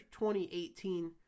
2018